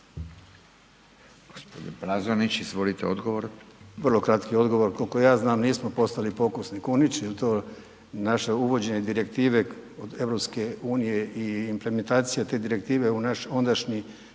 odgovor. **Plazonić, Željko (HDZ)** Vrlo kratki odgovor, koliko ja znam, nismo postali pokusni kunići jer to naše uvođenje direktive od EU i implementacija te direktive u naš ondašnji